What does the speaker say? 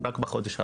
רק בחודש האחרון,